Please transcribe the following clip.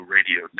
Radio